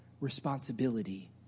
responsibility